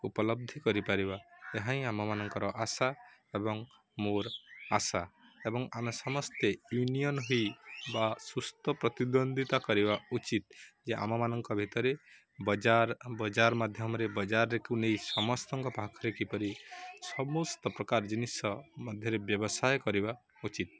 ଉପଲବ୍ଧି କରିପାରିବା ଏହାିଁ ଆମମାନଙ୍କର ଆଶା ଏବଂ ମୋର ଆଶା ଏବଂ ଆମେ ସମସ୍ତେ ୟୁନିଅନ୍ ହୋଇ ବା ସୁସ୍ଥ ପ୍ରତିଦ୍ୱନ୍ଦିତା କରିବା ଉଚିତ ଯେ ଆମମାନଙ୍କ ଭିତରେ ବଜାର ବଜାର ମାଧ୍ୟମରେ ବଜାରକୁ ନେଇ ସମସ୍ତଙ୍କ ପାଖରେ କିପରି ସମସ୍ତ ପ୍ରକାର ଜିନିଷ ମଧ୍ୟରେ ବ୍ୟବସାୟ କରିବା ଉଚିତ